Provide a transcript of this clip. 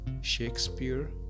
Shakespeare